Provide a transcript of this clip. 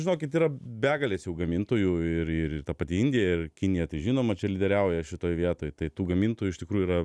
žinokit yra begalės jau gamintojų ir ir ta pati indija ir kinija tai žinoma čia lyderiauja šitoj vietoj tai tų gamintojų iš tikrųjų yra